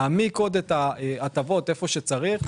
להעמיק את ההטבות איפה שצריך.